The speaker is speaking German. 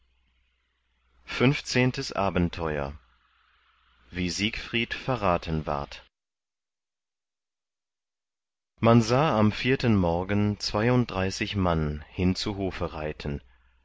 fünfzehntes abenteuer wie siegfried verraten ward man sah am vierten morgen zweiunddreißig mann hin zu hofe reiten